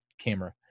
camera